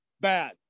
Bad